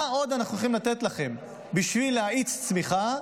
מה עוד אנחנו יכולים לתת לכם בשביל להאיץ צמיחה,